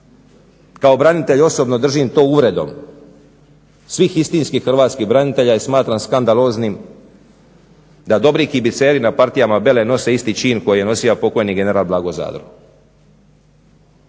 Kao branitelj osobno držim to uvredom svih istinskih hrvatskih branitelja i smatram skandaloznim da …/Govornik se ne razumije./… nose isti čin koji je nosio pokojni general Blago Zadro